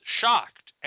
shocked